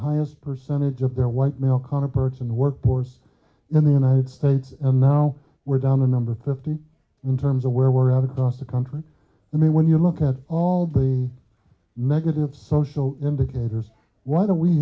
highest percentage of their white male counterparts in the workforce in the united states and now we're down the number thirty in terms of where we're at across the country i mean when you look at all the negative social indicators why do we